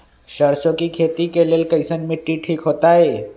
सरसों के खेती के लेल कईसन मिट्टी ठीक हो ताई?